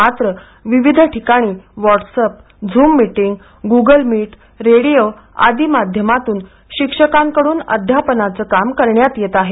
मात्र विविध ठिकाणी WhatsApp Zoom meeting Google Meet radio आदि माध्यमातून शिक्षकांकडून अध्यापनाचं काम करण्यात येत आहे